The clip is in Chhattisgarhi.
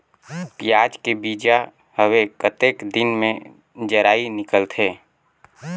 पियाज के बीजा हवे कतेक दिन मे जराई निकलथे?